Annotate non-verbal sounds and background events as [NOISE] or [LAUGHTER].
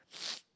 [NOISE]